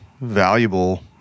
valuable